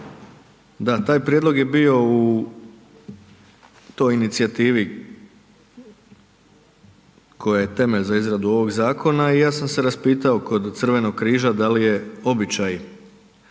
da, taj prijedlog je bio u toj inicijativi koja je temelj za izradu ovoga zakona i ja sam se raspitao kod Crvenog križa da li je običaj